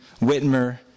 Whitmer